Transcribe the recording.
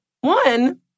One